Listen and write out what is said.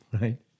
right